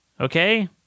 Okay